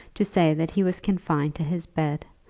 to say that he was confined to his bed,